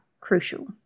crucial